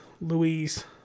Louise